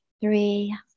three